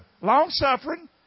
Long-suffering